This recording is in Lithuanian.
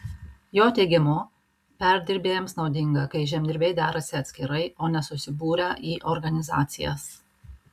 jo teigimu perdirbėjams naudinga kai žemdirbiai derasi atskirai o ne susibūrę į organizacijas